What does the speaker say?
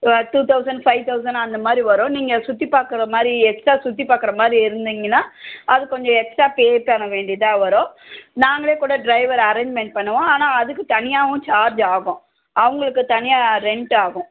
ஆ two thousand five thousand அந்த மாதிரி வரும் நீங்கள் சுற்றி பார்க்குற மாதிரி எக்ஸ்ட்ரா சுற்றி பார்க்குற மாதிரி இருந்தீங்கனா அது கொஞ்சம் எக்ஸ்ட்ரா பே பண்ண வேண்டியதாக வரும் நாங்களே கூட ட்ரைவர் அரேஞ்மெண்ட் பண்ணுவோம் ஆனால் அதுக்கு தனியாகவும் சார்ஜ் ஆகும் அவங்களுக்கு தனியாக ரெண்ட் ஆகும்